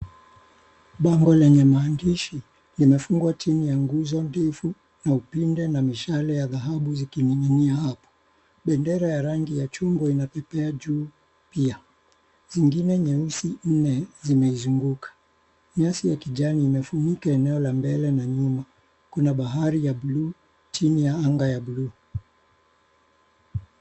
Bango lenye maandishi limefungwa chini ya nguzo ndefu na upinde na mishale ya dhahabu zikining'inia hapo. Bendera ya rangi ya chungwa inapepea juu pia. Zingine nyeusi nne zimezunguka. Nyasi ya kijani imefunika eneo la nyuma. Kuna bahari ya buluu, chini ya anga ya buluu.